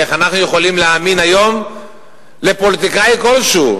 איך אנחנו יכולים היום להאמין לפוליטיקאי כלשהו?